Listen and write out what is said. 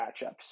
matchups